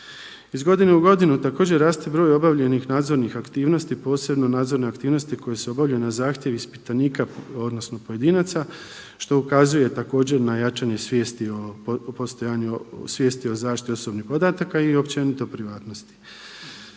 Iz godine u godinu također raste broj obavljenih nadzornih aktivnosti posebno nadzorne aktivnosti koje su obavljaju na zahtjev ispitanika odnosno pojedinaca što ukazuje također na jačanje svijesti o postojanju, svijesti o zaštiti osobnih podataka i općenito privatnosti.